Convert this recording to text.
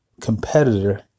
competitor